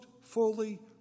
fully